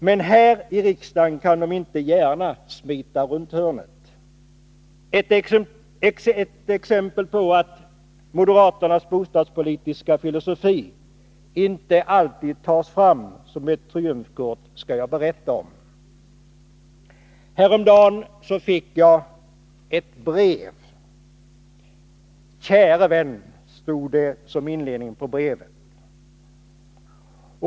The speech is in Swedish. Men här i riksdagen kan de inte gärna smita runt hörnet. Ett exempel på att moderaternas bostadspolitiska filosofi inte alltid tas upp som ett trumfkort skall jag anföra. Häromdagen fick jag ett brev. ”Käre vän”, stod det som inledning på brevet.